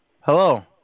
Hello